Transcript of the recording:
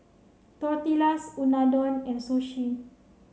Tortillas Unadon and Sushi